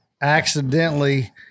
accidentally